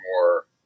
more